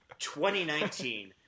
2019